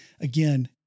again